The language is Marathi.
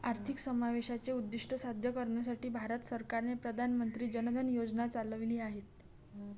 आर्थिक समावेशाचे उद्दीष्ट साध्य करण्यासाठी भारत सरकारने प्रधान मंत्री जन धन योजना चालविली आहेत